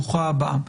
ברוכה הבאה.